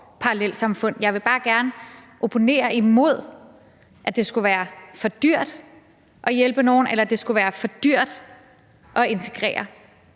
parallelsamfund. Jeg vil bare gerne opponere imod, at det skulle være for dyrt at hjælpe nogen, eller at det skulle være for dyrt at integrere.